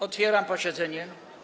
Otwieram posiedzenie.